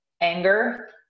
anger